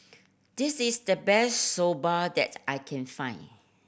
this is the best Soba that I can find